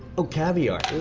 oh, caviar.